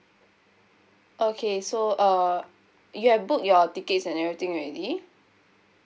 okay so uh you have booked your tickets and everything already